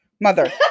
Mother